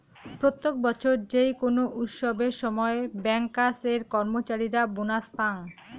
প্রত্যেক বছর যেই কোনো উৎসবের সময় ব্যাংকার্স এর কর্মচারীরা বোনাস পাঙ